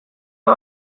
hau